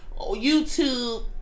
YouTube